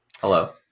Hello